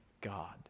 God